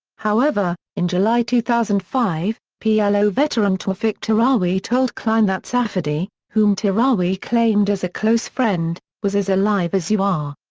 however, in july two thousand and five, plo veteran tawfiq tirawi told klein that safady, whom tirawi claimed as a close friend, was as alive as you are.